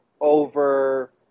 over